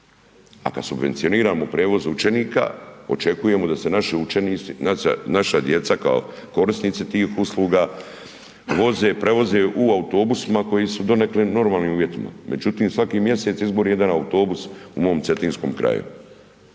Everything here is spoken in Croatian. a kada subvencioniramo prijevoz učenika očekujemo da se naši učenici, naša djeca kao korisnici tih usluga voze, prevoze u autobusima koji su u donekle normalnim uvjetima, međutim svaki mjesec izgori jedan autobus u mom Cetinskom kraju,